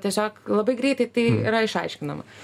tiesiog labai greitai tai yra išaiškinama